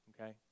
Okay